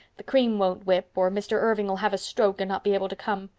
the cream won't whip. or mr. irving'll have a stroke and not be able to come.